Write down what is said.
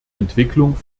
entwicklung